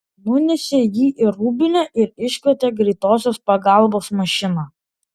nunešė jį į rūbinę ir iškvietė greitosios pagalbos mašiną